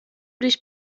dich